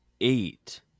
eight